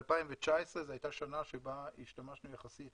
ב-2019 זו הייתה שנה שבה השתמשנו יחסית